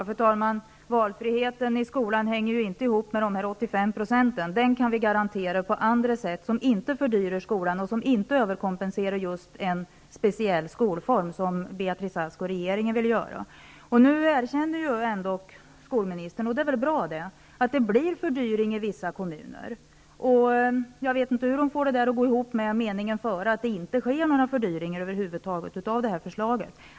Fru talman! Valfriheten i skolan hänger inte ihop med dessa 85 %. Det kan vi garantera på andra sätt, som inte fördyrar skolan och inte innebär en överkompensation för just en speciell skolform, så som Beatrice Ask och regeringen vill. Nu erkände ändock skolministern, vilket är bra, att det blir en fördyring i vissa kommuner. Jag vet inte hur man får det hela att gå ihop när man samtidigt säger att förslaget inte innebär några fördyringar över huvud taget.